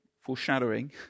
foreshadowing